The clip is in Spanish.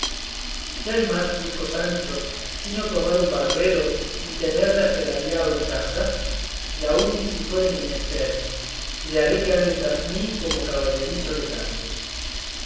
qué hay más dijo sancho sino tomar un barbero y tenelle asalariado en casa y aun si fuere menester le haré que ande tras mí como caballerizo de grande